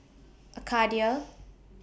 Arcadia